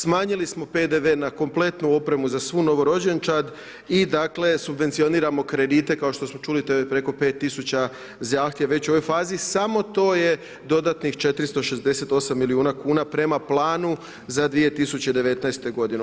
Smanjili smo PDV-e na kompletnu opremu za svu novorođenčad i dakle subvencioniramo kredite, kao što smo čuli to je preko 5 tisuća zahtjeva već u ovoj fazi, samo to je dodatnih 468 milijuna kuna prema planu za 2019. godinu.